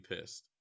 pissed